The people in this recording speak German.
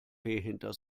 hinter